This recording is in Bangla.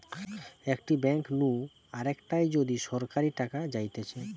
একটি ব্যাঙ্ক নু আরেকটায় যদি সরাসরি টাকা যাইতেছে